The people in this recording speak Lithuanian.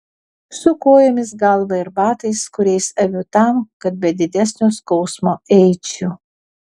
su kojomis galva ir batais kuriais aviu tam kad be didesnio skausmo eičiau